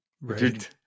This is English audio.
right